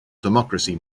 democracy